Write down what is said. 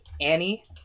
Annie